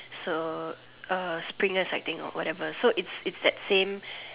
so uh spring yes I think or whatever so it's it's that same